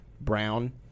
brown